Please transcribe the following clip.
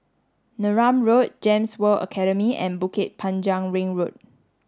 Neram Road GEMS World Academy and Bukit Panjang Ring Road